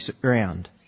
ground